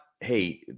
hey